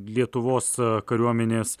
lietuvos kariuomenės